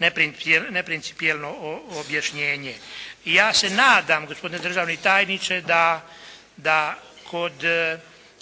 se kao neprincipijelno objašnjenje. Ja se nadam gospodine državni tajniče da kod